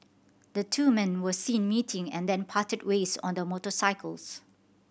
the two men were seen meeting and then parted ways on their motorcycles